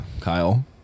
Kyle